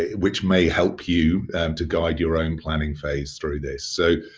which may help you to guide your own planning phase through this. so,